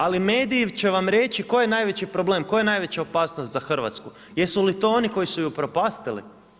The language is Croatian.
Ali, mediji će vam reći, tko je najveći problem, koja je navjeća opasnost za Hrvatsku, jesu li to oni koji su ih upropastili?